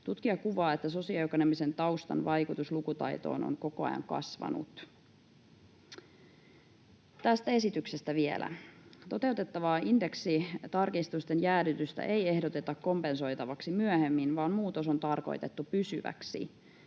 Tutkija kuvaa, että sosioekonomisen taustan vaikutus lukutaitoon on koko ajan kasvanut. Tästä esityksestä vielä: Toteutettavaa indeksitarkistusten jäädytystä ei ehdoteta kompensoitavaksi myöhemmin, vaan muutos on tarkoitettu pysyväksi.